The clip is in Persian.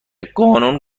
قانون